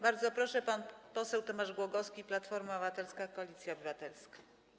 Bardzo proszę, pan poseł Tomasz Głogowski, Platforma Obywatelska - Koalicja Obywatelska.